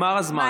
נגמר הזמן.